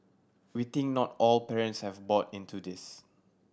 we think not all parents have bought into this